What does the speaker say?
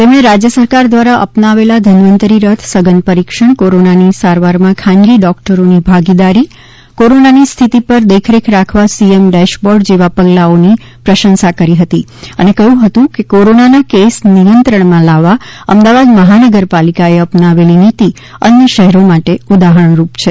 તેમણે રાજ્ય સરકાર દ્વારા અપનાવેલા ધન્વંતરી રથ સઘન પરીક્ષણ કોરોનાની સારવારમાં ખાનગી ડોક્ટરોની ભાગીદારી કોરોનાની સ્થિતિ ઉપર દેખરેખ રાખવા સી એમ ડેશબોર્ડ જેવા પગલાઓની પ્રશંસા કરી હતી અને કહ્યું હતું કે કોરોનાના કેસ નિયંત્રણમાં લાવવા અમદાવાદ મહાનગરપાલિકાએ અપનાવેલી નીતિ અન્ય શહેરો માટે ઉદાહરણરૂપ છે